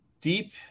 deep